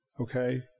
Okay